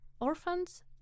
orphans